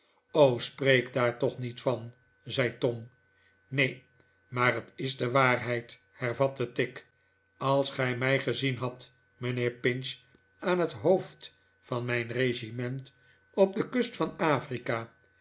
spreek daar toch niet van zei tom neen maar het is de waarheid hervatte tigg als gij mij gezien hadt mijnheer pinch aan het hoofd van mijn regiment op de kust van afrika